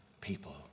people